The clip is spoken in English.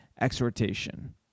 exhortation